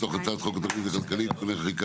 מתוך הצעת חוק התוכנית הכלכלית (תיקוני חקיקה